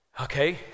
okay